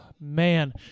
Man